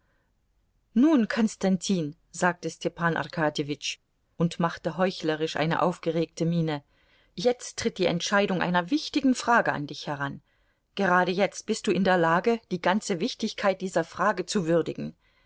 nun konstantin sagte stepan arkadjewitsch und machte heuchlerisch eine aufgeregte miene jetzt tritt die entscheidung einer wichtigen frage an dich heran gerade jetzt bist du in der lage die ganze wichtigkeit dieser frage zu würdigen